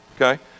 Okay